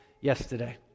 yesterday